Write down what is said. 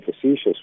facetious